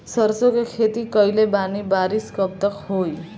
सरसों के खेती कईले बानी बारिश कब तक होई?